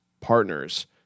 partners